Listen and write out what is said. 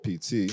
PT